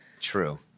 True